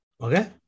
Okay